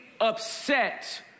upset